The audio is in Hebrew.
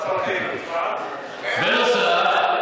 בנוסף,